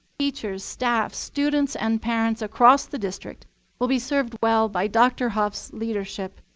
teachers, staff, students, and parents across the district will be served well by dr. hough's leadership.